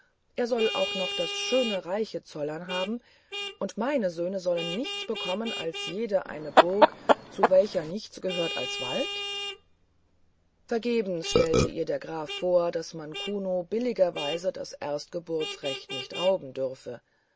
er soll auch noch das schöne reiche zollern haben und meine söhne sollen nichts bekommen als jeder eine burg zu welcher nichts gehört als wald vergebens stellte ihr der graf vor daß man kuno billigerweise das erstgeburtsrecht nicht rauben dürfe